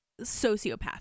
sociopath